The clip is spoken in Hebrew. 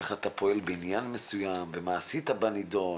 איך אתה פועל בעניין מסוים ומה עשית בנידון,